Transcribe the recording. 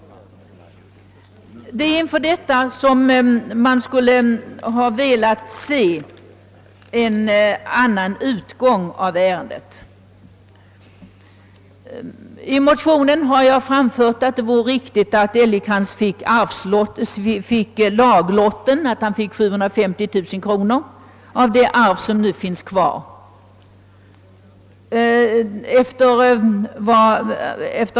Man hade velat se en annan utgång av ärendet. I motionen har jag framfört synpunkten att det vore riktigt att Älgekrans fick laglotten, d.v.s. att han fick 750 000 kronor av det som nu finns kvar av arvet.